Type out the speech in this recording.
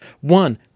One